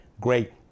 Great